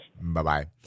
Bye-bye